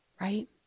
right